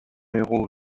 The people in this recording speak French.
héros